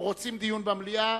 או שרוצים דיון במליאה?